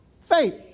faith